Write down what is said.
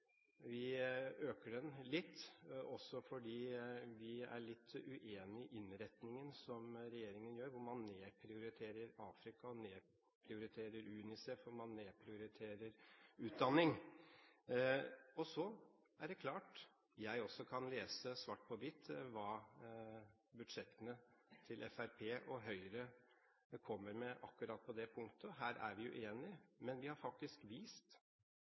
Vi øker den litt også fordi vi er litt uenig i innretningen som regjeringen gjør, hvor man nedprioriterer Afrika, nedprioriterer UNICEF og nedprioriterer utdanning. Jeg kan også lese svart på hvitt hva budsjettene til Fremskrittspartiet og Høyre kommer med akkurat på det punktet. Her er vi uenig, men vi har faktisk vist,